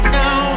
now